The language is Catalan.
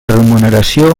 remuneració